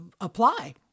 apply